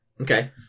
Okay